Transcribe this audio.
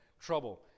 trouble